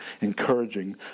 encouraging